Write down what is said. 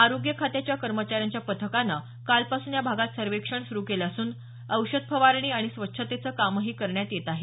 आरोग्य खात्याच्या कर्मचाऱ्यांच्या पथकानं कालपासून या भागात सर्वेक्षण सुरु केलं असून औषध फवारणी आणि स्वच्छतेचं कामही करण्यात येत आहे